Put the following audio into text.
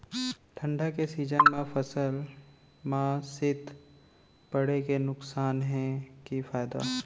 ठंडा के सीजन मा फसल मा शीत पड़े के नुकसान हे कि फायदा?